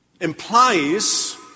implies